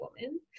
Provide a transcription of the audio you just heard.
woman